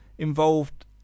involved